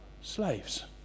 slaves